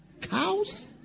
Cows